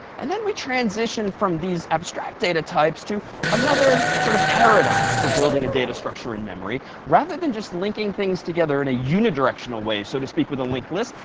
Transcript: and then we transitioned from these abstract data types to another sort of paradigm for building a data structure in memory. rather than just linking things together in a unidirectional way, so to speak, with a linked list,